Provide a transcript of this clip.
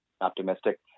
optimistic